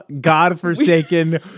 godforsaken